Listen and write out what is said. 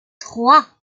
trois